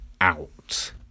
out